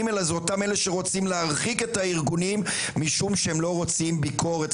אלא זה אותם אלה שרוצים להרחיק את הארגונים משום שהם לא רוצים ביקורת,